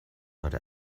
heute